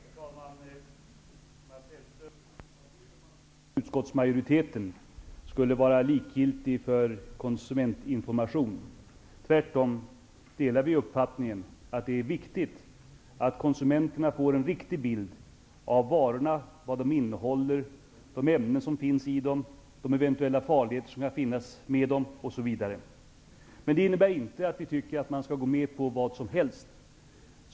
Herr talman! Mats Hellström har fel, om han tror att utskottsmajoriteten skulle vara likgiltig för konsumentinformation. Tvärtom delar vi uppfattningen att det är viktigt att konsumenterna får en riktig bild av varorna, vad de innehåller, de ämnen som finns i dem, de eventuella farligheter som kan finnas med dem, osv. Men det innebär inte att vi tycker att man skall gå med på vad som helst.